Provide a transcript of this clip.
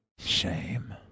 shame